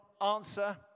answer